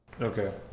Okay